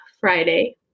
Friday